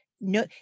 no